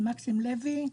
ומקסים לוי,